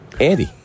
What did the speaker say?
Andy